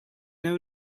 know